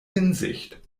hinsicht